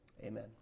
Amen